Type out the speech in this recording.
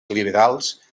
liberals